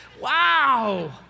Wow